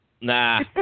Nah